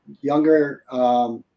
younger